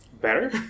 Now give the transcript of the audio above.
better